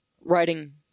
writing